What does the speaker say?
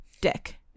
dick